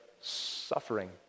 suffering